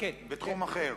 בתחום אחר.